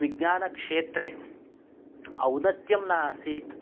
विज्ञानक्षेत्रे औन्नत्यं न आसीत्